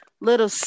little